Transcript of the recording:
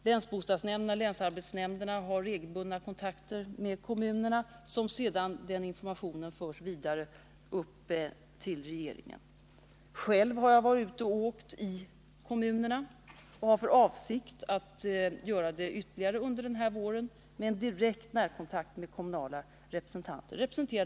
Länsbostadsnämnderna och länsarbetsnämnderna har regelbundna kontakter med kommunerna, och den informationen förs vidare till regeringen. Själv har jag varit ute och åkt i kommunerna, och jag har för avsikt att fortsätta att göra det under våren. Därvid får jag direkt närkontakt med kommunala representanter för alla partier.